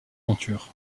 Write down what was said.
monture